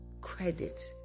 credit